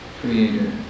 creator